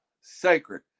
Sacred